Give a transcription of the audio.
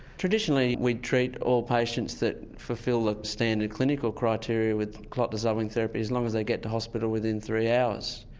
traditionally we'd treat all patients that fulfil the standard clinical criteria with clot dissolving therapies as long as they get to hospital within three hours.